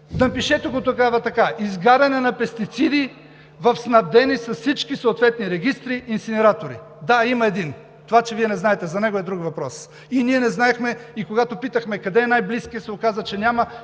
Напишете го тогава така: изгаряне на пестициди в снабдени с всички съответни регистри инсинератори. Да, има един. Това, че Вие не знаете за него, е друг въпрос. И ние не знаехме, и когато питахме къде е най-близкият, се оказа, че няма.